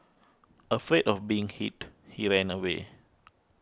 afraid of being hit he ran away